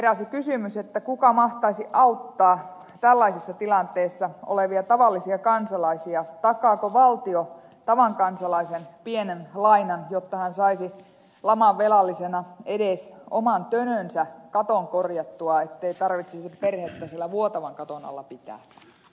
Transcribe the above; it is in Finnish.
heräsi kysymys kuka mahtaisi auttaa tällaisessa tilanteessa olevia tavallisia kansalaisia takaako valtio tavallisen kansalaisen pienen lainan jotta hän saisi laman velallisena edes oman tönönsä katon korjattua ettei tarvitsisi perhettä siellä vuotavan katon alla pitää